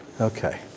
Okay